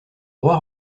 roi